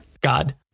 God